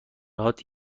هات